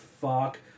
fuck